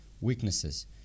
weaknesses